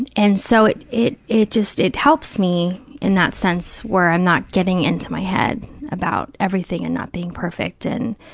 and and so it, it it just, it helps me in that sense where i'm not getting into my head about everything and not being perfect and